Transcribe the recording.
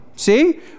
See